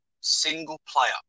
single-player